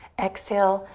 exhale,